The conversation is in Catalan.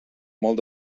molt